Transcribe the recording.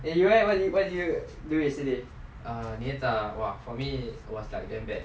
then you leh what what did you do do yesterday